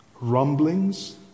rumblings